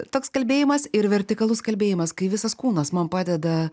toks kalbėjimas ir vertikalus kalbėjimas kai visas kūnas man padeda